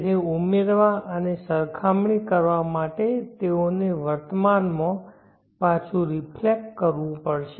તેથી ઉમેરવા અને સરખામણી કરવા માટે તેઓને વર્તમાનમાં પાછું રિફ્લેક્ટ કરવું પડશે